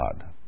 God